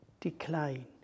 decline